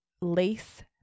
lace